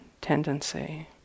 tendency